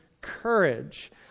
courage